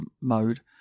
mode